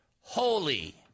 Holy